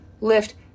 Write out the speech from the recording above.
Lift